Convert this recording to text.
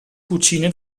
cucine